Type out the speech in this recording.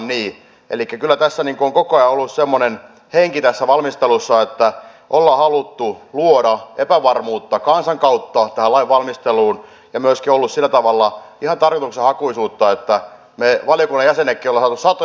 elikkä kyllä tässä valmistelussa on koko ajan ollut semmoinen henki että ollaan haluttu luoda epävarmuutta kansan kautta tähän lain valmisteluun ja myöskin on ollut sillä tavalla ihan tarkoitushakuisuutta että me valiokunnan jäsenetkin olemme saaneet satoja sähköposteja